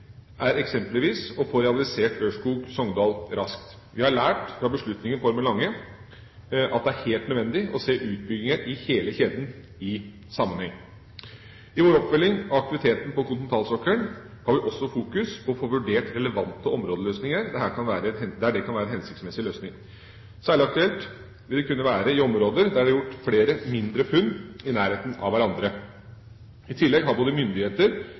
er eksempelvis å få realisert Ørskog–Sogndal raskt. Vi har lært fra beslutningen på Ormen Lange at det er helt nødvendig å se utbygginger i hele kjeden i sammenheng. I vår oppfølging av aktiviteten på kontinentalsokkelen har vi også fokus på å få vurdert relevante områdeløsninger der det kan være en hensiktsmessig løsning. Særlig aktuelt vil det kunne være i områder der det er gjort flere mindre funn i nærheten av hverandre. I tillegg har både myndigheter,